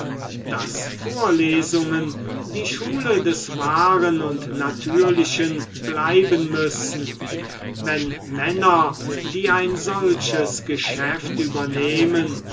daß vorlesungen die schule des wahren und natürlichen bleiben müssen wenn männer die ein solches geschäft übernehmen